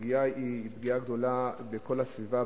הפגיעה היא פגיעה גדולה בכל הסביבה,